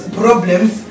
problems